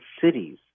cities